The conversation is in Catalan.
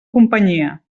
companyia